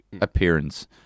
appearance